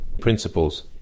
Principles